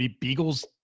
Beagles